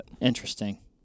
Interesting